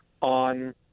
on